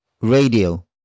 radio